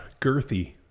girthy